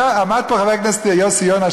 עמד פה חבר הכנסת יוסי יונה,